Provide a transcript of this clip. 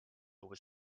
was